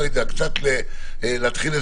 קצת להתחיל לזעזע.